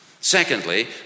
Secondly